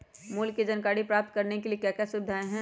मूल्य के जानकारी प्राप्त करने के लिए क्या क्या सुविधाएं है?